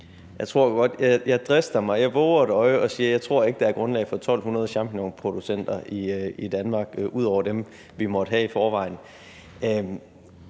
Kollerup): Jeg vover et øje og siger, at jeg ikke tror, der er grundlag for 1.200 champignonproducenter i Danmark ud over dem, vi måtte have i forvejen.